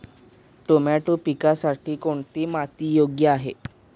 Tomato पिकासाठी कोणती माती योग्य आहे?